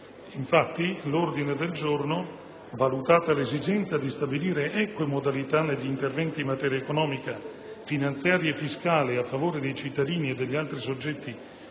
Infatti, l'ordine del giorno, valutata l'esigenza di stabilire eque modalità negli interventi in materia economica, finanziaria e fiscale a favore dei cittadini e degli altri soggetti